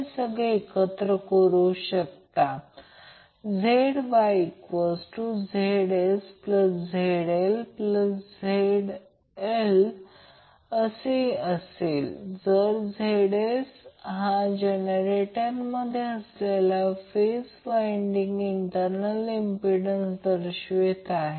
तर आता प्रश्न असा आहे की त्याचप्रमाणे Y कनेक्टेड लोड जे काही आपण पाहिले ते Y किंवा ∆ कनेक्टेड सोर्ससाठी आहे